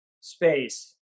space